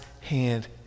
hand